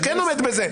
שכן עומד בזה.